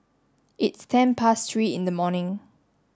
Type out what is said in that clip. its ten past three in the morning